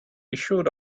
issued